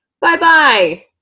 Bye-bye